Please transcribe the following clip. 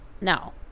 No